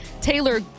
taylor